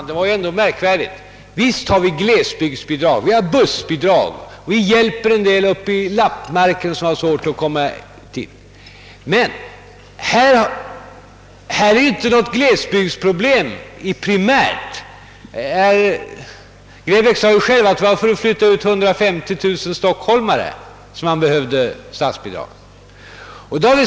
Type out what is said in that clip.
Herr talman! Visst utgår det glesbygdsbidrag — bussbidrag — och läm nas annan hjälp till en del människor uppe i lappmarken som har det svårt i kommunikationshänseende, men här är det inte fråga om något primärt glesbygdsproblem. Herr Grebäck sade ju själv att man behövde statsbidrag för att flytta ut 150000 stockholmare i skärgården.